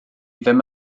ddim